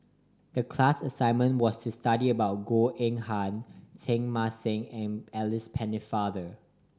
the class assignment was to study about Goh Eng Han Teng Mah Seng and Alice Pennefather